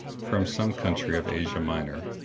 from some country of asia minor,